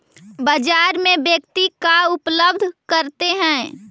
बाजार में व्यक्ति का उपलब्ध करते हैं?